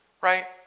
right